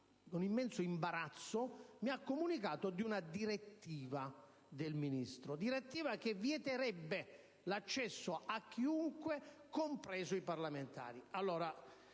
con immenso imbarazzo, mi ha comunicato di una direttiva del Ministro che vieterebbe l'accesso a chiunque, compresi i parlamentari.